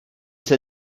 ça